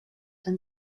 and